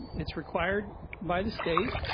it's required by the state.